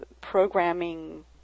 programming